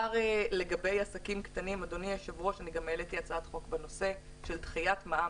לגבי עסקים קטנים אני העליתי הצעת חוק בנושא של דחיית מע"מ.